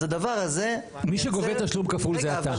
אז הדבר הזה מייצר --- מי שגובה תשלום כפול זה אתה.